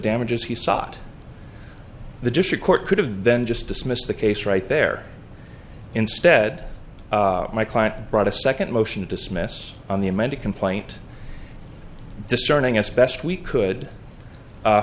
damages he sought the district court could have been just dismissed the case right there instead of my client brought a second motion to dismiss on the amended complaint discerning us best we could